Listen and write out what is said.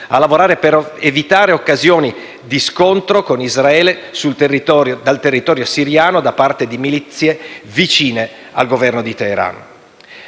a lavorare per evitare occasioni di scontro con Israele dal territorio siriano da parte di milizie vicine al Governo di Teheran.